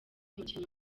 umukinnyi